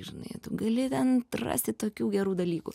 žinai tu gali ten atrasti tokių gerų dalykų